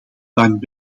bang